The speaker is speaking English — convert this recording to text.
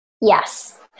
Yes